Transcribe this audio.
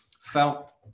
felt